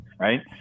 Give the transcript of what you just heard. right